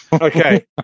okay